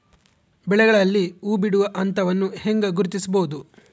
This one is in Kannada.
ಬೆಳೆಗಳಲ್ಲಿ ಹೂಬಿಡುವ ಹಂತವನ್ನು ಹೆಂಗ ಗುರ್ತಿಸಬೊದು?